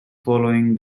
following